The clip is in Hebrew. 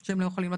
זה לא זה.